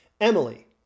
Emily